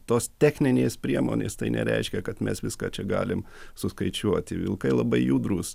tos techninės priemonės tai nereiškia kad mes viską čia galim suskaičiuoti vilkai labai judrūs